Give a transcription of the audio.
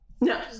no